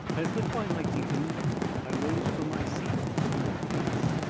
as the twilight deepened i rose from my seat and lit the gas.